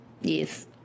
Yes